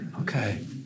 Okay